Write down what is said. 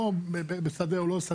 לא בשדה או לא שדה,